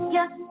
Yes